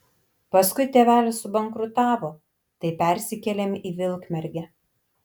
paskui tėvelis subankrutavo tai persikėlėm į vilkmergę